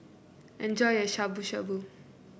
enjoy your Shabu Shabu